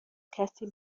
کسی